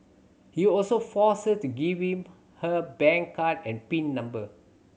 he also forced her to give him her bank card and pin number